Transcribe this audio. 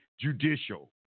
judicial